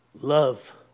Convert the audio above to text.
Love